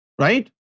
right